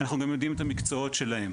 אנחנו גם יודעים את המקצועות שלהם,